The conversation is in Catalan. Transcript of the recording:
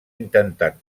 intentat